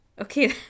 Okay